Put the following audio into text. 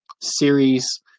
series